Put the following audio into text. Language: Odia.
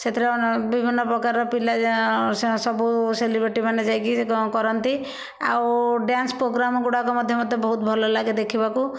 ସେଥିରେ ବିଭିନ୍ନ ପ୍ରକାରର ପିଲା ସବୁ ସେଲିବ୍ରେଟିମାନେ ଯାଇକି କଣ କରନ୍ତି ଆଉ ଡ୍ୟାନ୍ସ ପ୍ରୋଗ୍ରାମ ଗୁଡ଼ାକ ମଧ୍ୟ ମୋତେ ବହୁତ ଭଲ ଲାଗେ ଦେଖିବାକୁ